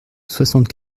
soixante